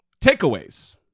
Takeaways